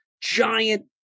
giant